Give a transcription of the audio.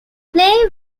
player